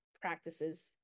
practices